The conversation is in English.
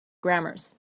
grammars